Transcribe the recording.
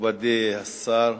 מכובדי השר,